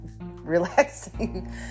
relaxing